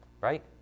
Right